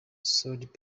sold